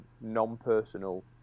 non-personal